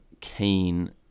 keen